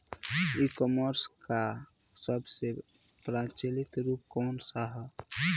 ई कॉमर्स क सबसे प्रचलित रूप कवन सा ह?